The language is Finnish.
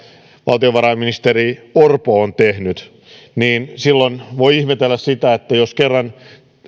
valtiovarainministeri orpo on tehnyt niin silloin voi ihmetellä sitä että jos hän kerran